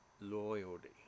loyalty